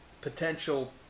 potential